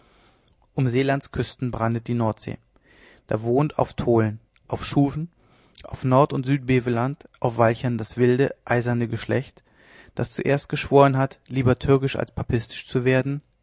um seelands küsten brandet die nordsee da wohnt auf tholen auf schouwen auf nord und südbeveland auf walcheren das wilde eiserne geschlecht das zuerst geschworen hat lieber türkisch als papistisch zu werden